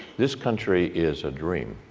this country is a dream.